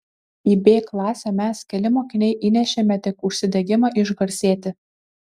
į b klasę mes keli mokiniai įnešėme tik užsidegimą išgarsėti